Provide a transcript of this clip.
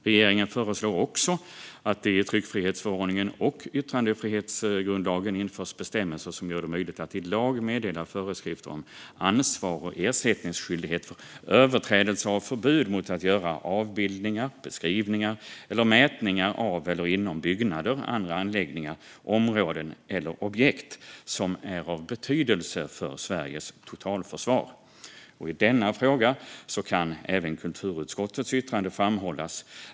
Regeringen föreslår också att det i tryckfrihetsförordningen och yttrandefrihetsgrundlagen införs bestämmelser som gör det möjligt att i lag meddela föreskrifter om ansvar och ersättningsskyldighet för överträdelse av förbud mot att göra avbildningar, beskrivningar eller mätningar av eller inom byggnader, andra anläggningar, områden eller objekt som är av betydelse för Sveriges totalförsvar. I denna fråga kan även kulturutskottets yttrande framhållas.